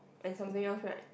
and something else right